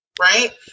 right